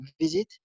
visit